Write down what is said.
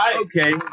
Okay